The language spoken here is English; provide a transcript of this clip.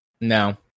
No